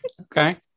Okay